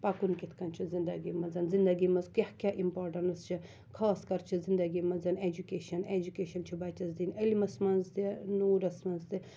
پَکُن کِتھ کنۍ چھُ زِنٛدَگی مَنٛز زِنٛدَگی مَنٛز کیاہ کیاہ اِمپاٹیٚنٕس چھِ خاص کَر چھِ زِنٛدَگی مَنٛز ایٚجُکیشَن ایٚجُکیشَن چھِ بَچَس دِنۍ علمَس مَنٛز تہِ نوٗرَس مَنٛز تہِ